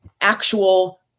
actual